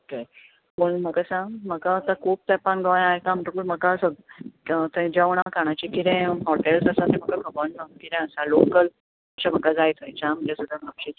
okay पूण म्हाका सांग म्हाका आतां खूब तेंपान गोंयान येता म्हणटकूर म्हाका सांग थंय जेवणा खाणाचीं कितें हाॅटेल्स आसा तीं म्हाका खबर ना कितें आसा लोकल अशें म्हाका जाय आं थंयचें म्हणजें म्हापशेचें